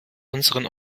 unseren